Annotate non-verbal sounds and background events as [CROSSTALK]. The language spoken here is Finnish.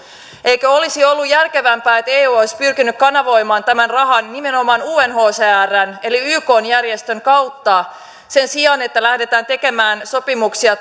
eikö olisi ollut järkevämpää että eu olisi pyrkinyt kanavoimaan tämän rahan nimenomaan unhcrn eli ykn järjestön kautta sen sijaan että lähdetään tekemään sopimuksia [UNINTELLIGIBLE]